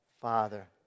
Father